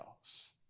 else